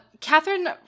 Catherine